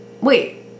wait